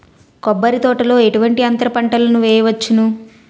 కొబ్బరి తోటలో ఎటువంటి అంతర పంటలు వేయవచ్చును?